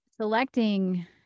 selecting